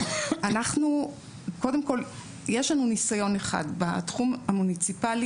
קודם כל יש לנו ניסיון אחד בתחום המוניציפלי,